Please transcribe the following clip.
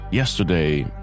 Yesterday